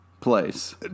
Place